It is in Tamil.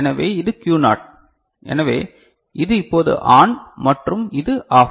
எனவே இது Q னாட் எனவே இது இப்போது ஆன் மற்றும் இது ஆஃப்